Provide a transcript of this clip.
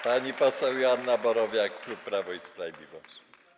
Pani poseł Joanna Borowiak, klub Prawo i Sprawiedliwość.